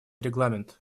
регламент